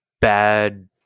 bad